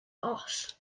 boss